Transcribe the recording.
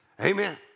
Amen